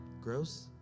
Gross